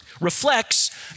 reflects